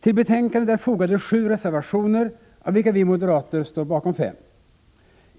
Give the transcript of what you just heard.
Till betänkandet är fogade sju reservationer, av vilka vi moderater står bakom fem.